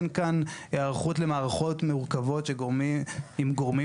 אין כאן היערכות למערכות מורכבות עם גורמים